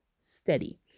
steady